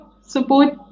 support